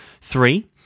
Three